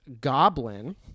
Goblin